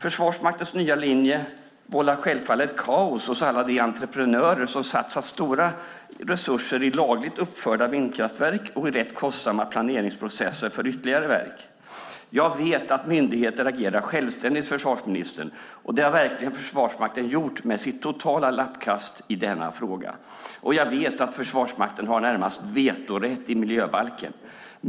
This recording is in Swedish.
Försvarsmaktens nya linje vållar självfallet kaos hos alla de entreprenörer som har satsat stora resurser i lagligt uppförda vindkraftverk och med rätt kostsamma planeringsprocesser för ytterligare verk. Jag vet att myndigheter agerar självständigt, försvarsministern, och det har Försvarsmakten verkligen gjort med sitt totala lappkast i denna fråga. Jag vet att Försvarsmakten har närmast vetorätt i miljöbalken.